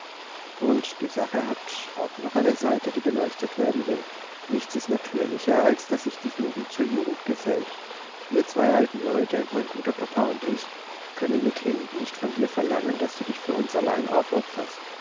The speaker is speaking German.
und die sache hat auch noch eine seite die beleuchtet sein will nichts ist natürlicher als daß sich die jugend zur jugend gesellt wir zwei alten leute mein guter papa und ich können mithin nicht von dir verlangen daß du dich für uns allein aufopferst